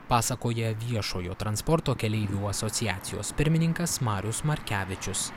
pasakoja viešojo transporto keleivių asociacijos pirmininkas marius markevičius